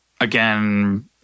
again –